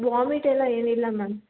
vomit ಎಲ್ಲ ಏನಿಲ್ಲ ma'am